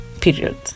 period